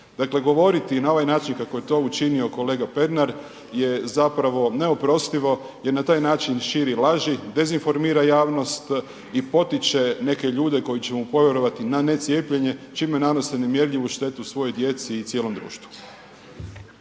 Dakle govoriti na ovaj način kako je to učinio kolega Pernar je zapravo neoprostivo jer na taj način širi laži, dezinformira javnost i potiče neke ljude koji će mu povjerovati na necijepljenje čime nanose nemjerljivu štetu svojoj djeci i cijelom društvu.